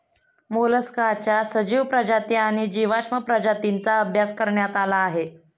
मोलस्काच्या सजीव प्रजाती आणि जीवाश्म प्रजातींचा अभ्यास करण्यात आला आहे